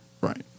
Right